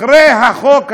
אחרי החוק הזה,